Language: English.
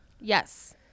yes